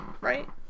right